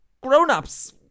grown-ups